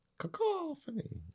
Cacophony